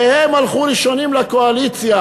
והם הלכו ראשונים לקואליציה,